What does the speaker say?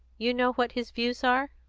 you know what his views are?